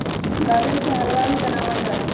गाजर से हलवा भी बनावल जाहई